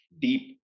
deep